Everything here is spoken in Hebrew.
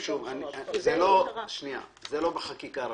זה לא בחקיקה הראשית,